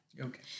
Okay